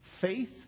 faith